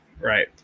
right